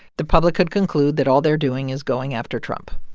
the public would conclude that all they're doing is going after trump